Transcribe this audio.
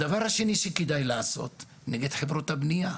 הדבר השני שכדאי לעשות, נגד חברות הבניה.